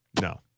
No